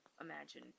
imagine